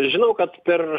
žinau kad per